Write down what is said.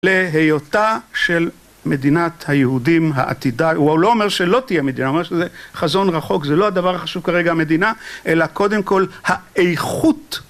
להיותה של מדינת היהודים העתידה, הוא לא אומר שלא תהיה מדינה, הוא אומר שזה חזון רחוק, זה לא הדבר החשוב כרגע המדינה, אלא קודם כל האיכות